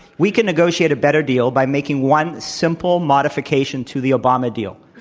we can negotiate a better deal by making one simple modification to the obama deal.